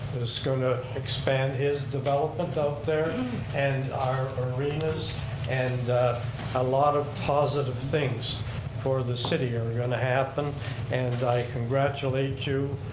is going to expand his development out there and our marinas and a lot of positive things for the city that are going to happen and i congratulate you